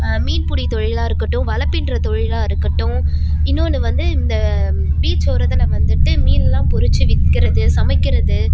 மீன்புடி தொழிலாக இருக்கட்டும் வலைபின்ற தொழிலாக இருக்கட்டும் இன்னொன்னு வந்து இந்த பீச்சோரத்தில் வந்துட்டு மீன்லாம் பொறிச்சி விற்கிறது சமைக்கிறது